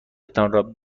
تان